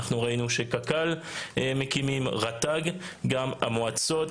ראינו שקק"ל מקימים, כך רט"ג וגם המועצות.